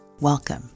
Welcome